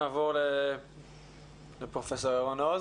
נעבור לפרופסור ירון עוז